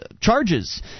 charges